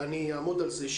ואעמוד על זה,